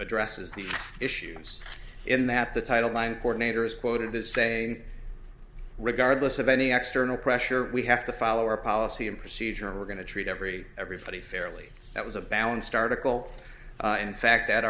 addresses these issues in that the title mind court major is quoted as saying regardless of any external pressure we have to follow our policy and procedure we're going to treat every everybody fairly that was a balanced article in fact that